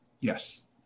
yes